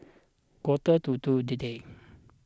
quarter to two today